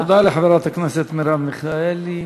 תודה לחברת הכנסת מרב מיכאלי.